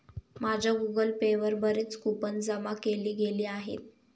माझ्या Google Pay वर बरीच कूपन जमा केली गेली आहेत